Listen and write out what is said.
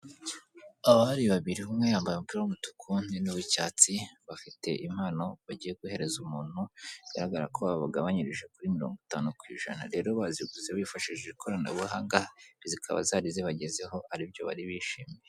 Abari babiri umwe yambaye umupira w'umutuku undi ni uw'icyatsi, bafite impano bagiye guhereza umuntu, bigaragara ko babagabanyirije kuri mirongo itanu ku ijana, rero baziguze bifashishije ikoranabuhanga, zikaba zari zibagezeho ari byo bari bishimiye.